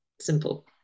simple